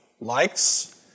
Likes